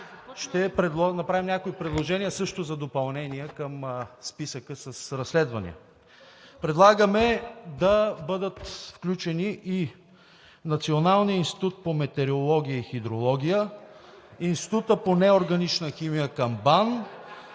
ще направим някои предложения също за допълнение към списъка с разследвания. Предлагаме да бъдат включени и Националният институт по метеорология и хидрология, Институтът по неорганична химия към